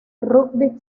rugby